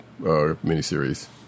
miniseries